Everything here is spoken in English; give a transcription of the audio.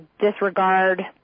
disregard